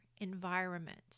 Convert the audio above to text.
environment